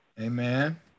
Amen